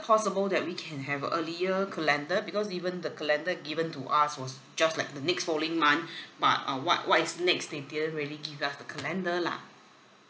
possible that we can have an earlier calendar because even the calendar given to us was just like the next following month but uh what what is next they didn't really give us a calendar lah